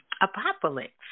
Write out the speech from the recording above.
apocalypse